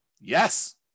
Yes